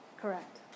Correct